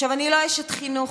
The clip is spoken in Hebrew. אני לא אשת חינוך,